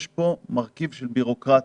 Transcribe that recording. יש פה מרכיב של בירוקרטיה.